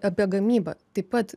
apie gamybą taip pat